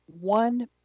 one